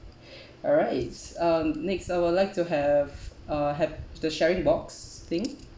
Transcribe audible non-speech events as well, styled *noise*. *breath* alright um next I would like to have uh have the sharing box thing